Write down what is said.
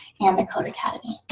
and the codeacademy.